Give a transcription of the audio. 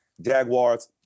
Jaguars